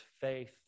faith